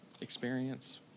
experience